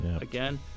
again